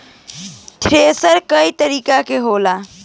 thresher कई तरीका के होला